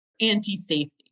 anti-safety